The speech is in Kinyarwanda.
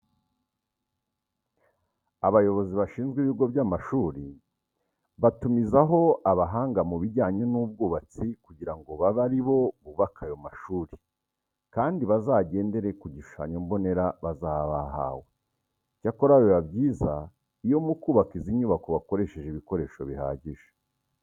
Abayobozi bashinzwe ibigo by'amashuri batumizaho abahanga mu bijyanye n'ubwubatsi kugira ngo babe ari bo bubaka ayo mashuri kandi bazagendere ku gishushanyo mbonera bazaba bahawe. Icyakora biba byiza iyo mu kubaka izi nyubako bakoresheje ibikoresho bihagije.